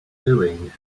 doing